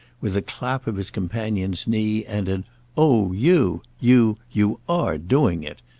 with a clap of his companion's knee and an oh you, you you are doing it!